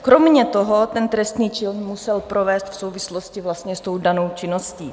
Kromě toho ten trestný čin musel provést v souvislosti vlastně s tou danou činností.